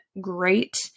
great